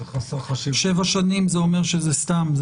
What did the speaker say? זה אומר שזה סתם.